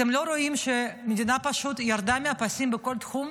אתם לא רואים שהמדינה פשוט ירדה מהפסים בכל תחום?